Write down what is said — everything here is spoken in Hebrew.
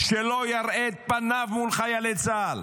שלא יראה את פניו מול חיילי צה"ל,